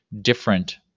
different